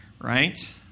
right